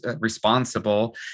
responsible